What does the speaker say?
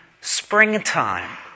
springtime